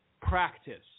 practice